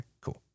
cool